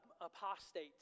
apostate